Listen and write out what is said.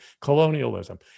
colonialism